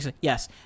Yes